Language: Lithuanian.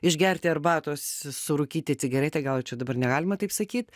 išgerti arbatos surūkyti cigaretę gal jau čia dabar negalima taip sakyt